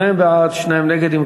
שניים בעד, שניים נגד, אחד נמנע.